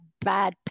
bad